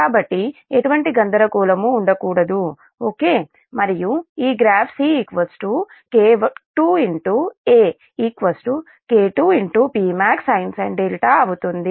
కాబట్టి ఎటువంటి గందరగోళం ఉండకూడదు ఓకే మరియు ఈ ఒక graph C K2 A K2 Pmaxsin అవుతుంది